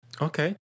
Okay